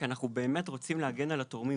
כי אנחנו באמת רוצים להגן על התורמים.